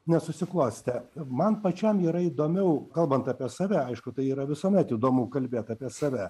nesusiklostė man pačiam yra įdomiau kalbant apie save aišku tai yra visuomet įdomu kalbėt apie save